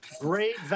Great